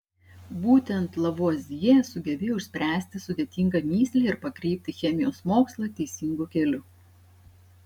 būtent lavuazjė sugebėjo išspręsti sudėtingą mįslę ir pakreipti chemijos mokslą teisingu keliu